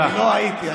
לא הייתי.